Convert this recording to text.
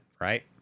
right